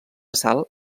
sal